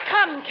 Come